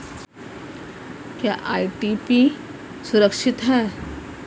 क्या ओ.टी.पी सुरक्षित है?